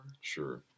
Sure